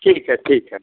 ठीक है ठीक है